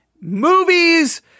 Movies